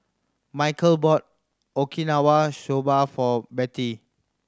Mikeal bought Okinawa Soba for Bettye